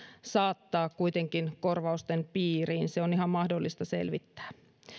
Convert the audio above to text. saattaa kuitenkin korvausten piiriin se on ihan mahdollista selvittää